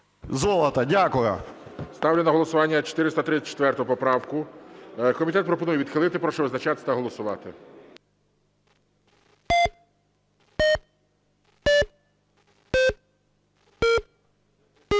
ГОЛОВУЮЧИЙ. Ставлю на голосування 434 поправку. Комітет пропонує відхилити. Прошу визначатись та голосувати. 12:46:32